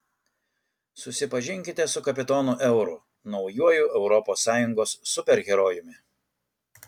susipažinkite su kapitonu euru naujuoju europos sąjungos superherojumi